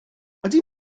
ydy